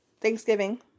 Thanksgiving